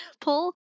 pull